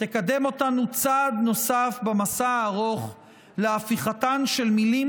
תקדם אותנו צעד נוסף במסע הארוך להפיכתן של מילים